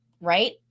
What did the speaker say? Right